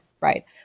right